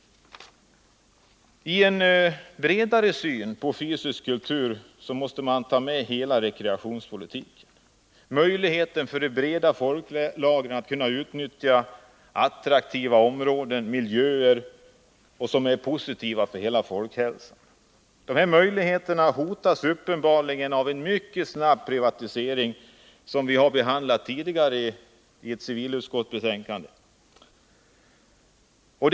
Ien bredare syn på fysisk kultur måste man ta in hela rekreationspolitiken, möjligheterna för de breda folklagren att utnyttja attraktiva områden och miljöer som är positiva ur hela folkhälsans synpunkt. Dessa möjligheter hotas uppenbarligen av en mycket snabb privatisering, någonting som vi behandlat tidigare med anledning av ett betänkande från civilutskottet.